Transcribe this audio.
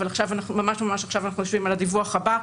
אבל ממש עכשיו אנחנו יושבים על הדיווח הבא.